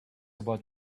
about